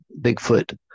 Bigfoot